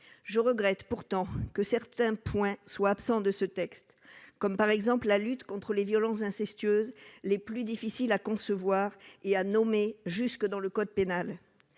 Je regrette pourtant que certains points soient absents de ce texte, tels que la lutte contre les violences incestueuses, qui sont les plus difficiles à concevoir et à nommer, jusque dans le code pénal.